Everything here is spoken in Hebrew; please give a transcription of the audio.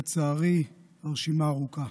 לצערי, הרשימה ארוכה: